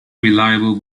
reliable